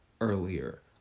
earlier